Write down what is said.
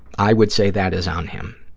i would say that is on him.